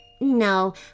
No